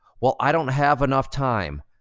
well, i don't have enough time.